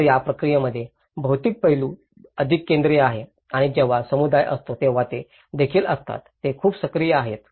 तर या प्रक्रियेमध्ये भौतिक पैलू अधिक केंद्रित आहे आणि जेव्हा समुदाय असतो तेव्हा ते देखील असतात ते खूप सक्रिय आहे